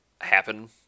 happen